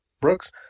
Brooks